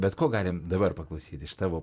bet ko galim dabar paklausyt iš tavo